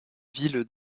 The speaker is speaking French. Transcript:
villes